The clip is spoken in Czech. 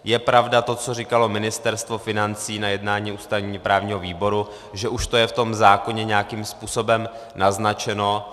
Je pravda to, co říkalo Ministerstvo financí na jednání ústavněprávního výboru, že už to je v tom zákoně nějakým způsobem naznačeno.